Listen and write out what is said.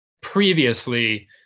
previously